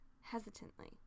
hesitantly